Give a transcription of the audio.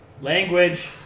language